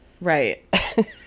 right